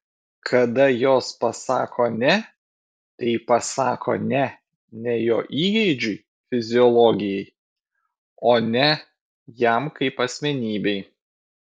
kada jos pasako ne tai pasako ne ne jo įgeidžiui fiziologijai o ne jam kaip asmenybei